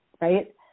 right